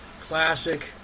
classic